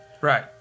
right